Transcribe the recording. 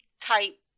type